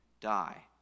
die